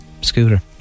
scooter